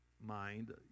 mind